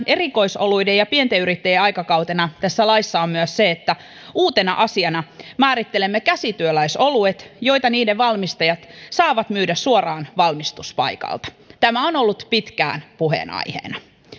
erikoisoluiden ja pienten yrittäjien aikakautena on myös se että uutena asiana määrittelemme käsityöläisoluet joita niiden valmistajat saavat myydä suoraan valmistuspaikalta tämä on ollut pitkään puheenaiheena